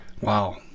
wow